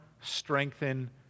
strengthen